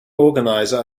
organizer